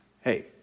Hey